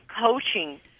coaching